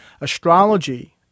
Astrology